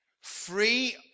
free